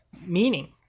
meaning